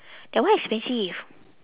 that one expensive